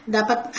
Dapat